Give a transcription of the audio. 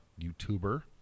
YouTuber